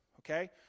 Okay